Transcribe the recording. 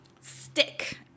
stick